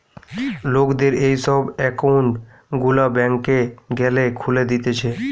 লোকদের এই সব একউন্ট গুলা ব্যাংকে গ্যালে খুলে দিতেছে